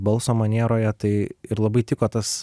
balso manieroje tai ir labai tiko tas